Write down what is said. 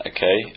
Okay